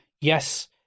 yes